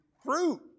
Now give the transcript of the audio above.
fruit